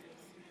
אם כן,